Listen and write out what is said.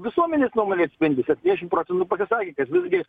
visuomenės nuomonė atspindi septyniasdešimt procentų pasisakė kad visgi